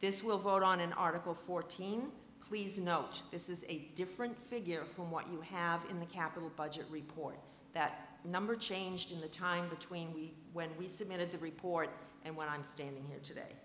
this will vote on an article fourteen please note this is a different figure from what you have in the capital budget report that number changed in the time between when we submitted the report and when i'm standing here today